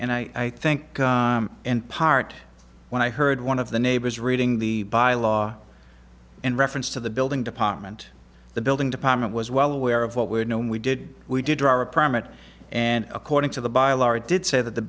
and i think in part when i heard one of the neighbors reading the by law in reference to the building department the building department was well aware of what we're known we did we did drive a permit and according to the by a large did say that the